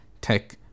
tech